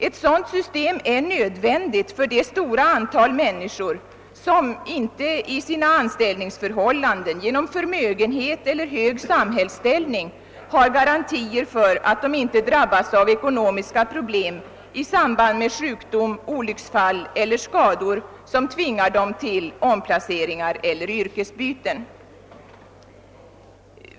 Ett sådant system är nödvändigt för det stora antal människor som inte i sina anställningsförhållanden, genom förmögenhet eller hög samhällsställning har garantier för att inte drabbas av ekonomiska problem i samband med sjukdom, olycksfall eller skador som tvingar dem till omplaceringar eller yrkesbyten.